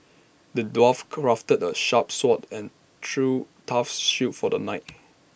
the dwarf crafted A sharp sword and A true tough shield for the knight